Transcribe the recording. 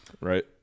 right